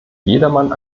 jedermann